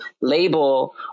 label